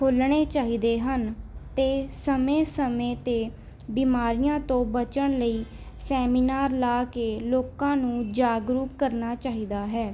ਖੋਲ੍ਹਣੇ ਚਾਹੀਦੇ ਹਨ ਅਤੇ ਸਮੇਂ ਸਮੇਂ 'ਤੇ ਬਿਮਾਰੀਆਂ ਤੋਂ ਬਚਣ ਲਈ ਸੈਮੀਨਾਰ ਲਗਾ ਕੇ ਲੋਕਾਂ ਨੂੰ ਜਾਗਰੂਕ ਕਰਨਾ ਚਾਹੀਦਾ ਹੈ